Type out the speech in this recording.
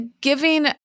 giving